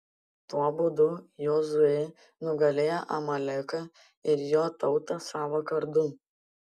tuo būdu jozuė nugalėjo amaleką ir jo tautą savo kardu